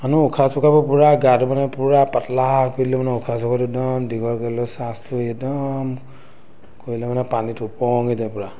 মানুহ উশাহ চুশাহবোৰ পূৰা গাটো মানে পূৰা পাতলা কৰি দিলে মানে উশাহ চুশাহটো একদম দীঘলকৈ লৈ শ্বাসটো একদম কৰিলে মানে পানীত উপঙি যায় পূৰা